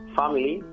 family